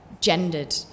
gendered